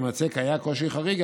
אם יימצא כי היה קושי חריג,